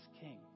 king